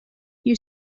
you